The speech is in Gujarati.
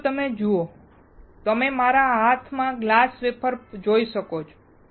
હવે જો તમે જુઓ તમે મારા હાથમાં ગ્લાસ વેફર જોઈ શકો છો